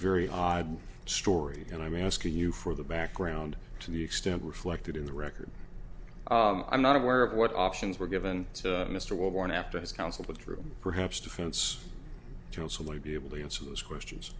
very odd story and i mean asking you for the background to the extent reflected in the record i'm not aware of what options were given to mr warren after his counsel to the group perhaps defense counsel or be able to answer those questions